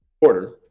Order